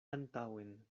antaŭen